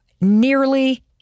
nearly